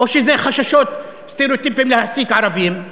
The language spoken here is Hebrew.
או שזה חששות וסטריאוטיפים להעסיק ערבים.